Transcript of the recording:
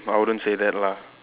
I wouldn't say that lah